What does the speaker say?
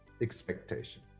expectation